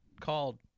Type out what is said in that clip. called